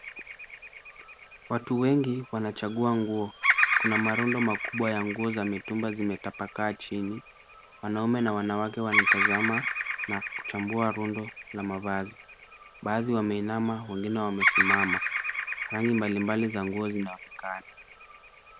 Watu wengi wanachagua nguo. Kuna marundo makubwa ya nguo za mitumba zimetapakaa chini. Wanaume na wanawake wanatazama na kuchambua rundo la mavazi baadhi wameinama wengine wamesimama. Rangi mbalimbali za nguo zinaonekana.